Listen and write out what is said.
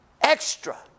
Extra